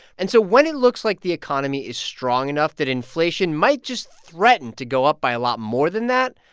and so when it looks like the economy is strong enough that inflation might just threaten to go up by a lot more than that,